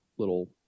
little